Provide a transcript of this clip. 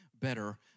better